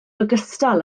ogystal